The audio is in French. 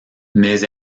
mais